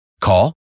Call